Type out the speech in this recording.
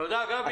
תודה, גבי.